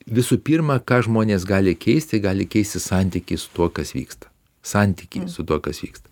visų pirma ką žmonės gali keisti gali keisti santykį su tuo kas vyksta santykį su tuo kas vyksta